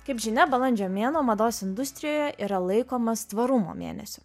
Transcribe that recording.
kaip žinia balandžio mėnuo mados industrijoje yra laikomas tvarumo mėnesiu